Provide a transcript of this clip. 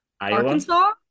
Arkansas